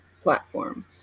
platform